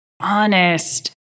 honest